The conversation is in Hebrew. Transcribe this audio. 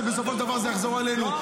שבסופו של דבר זה יחזור אלינו.